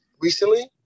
recently